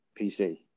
pc